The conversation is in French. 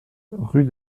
rue